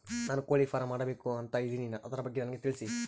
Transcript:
ನಾನು ಕೋಳಿ ಫಾರಂ ಮಾಡಬೇಕು ಅಂತ ಇದಿನಿ ಅದರ ಬಗ್ಗೆ ನನಗೆ ತಿಳಿಸಿ?